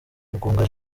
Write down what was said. mugunga